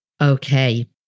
Okay